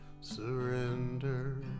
surrender